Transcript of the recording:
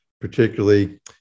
Particularly